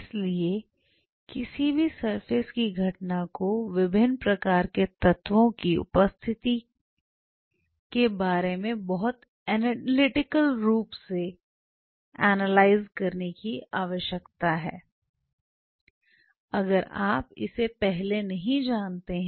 इसलिए किसी भी सरफेस की घटना को विभिन्न प्रकार के तत्वों की उपस्थिति के बारे में बहुत एनालिटिकल रूप से एनालिसिस करने की आवश्यकता है अगर आप इसे पहले से नहीं जानते हैं